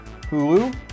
Hulu